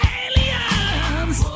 aliens